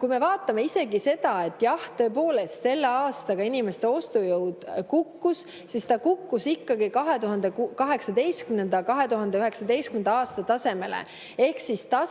Kui me vaatame isegi seda, et jah, tõepoolest selle aastaga inimeste ostujõud kukkus, siis ta kukkus ikkagi 2018.–2019. aasta tasemele ehk [aega],